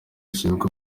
rishinzwe